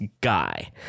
guy